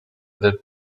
del